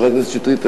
חבר הכנסת שטרית,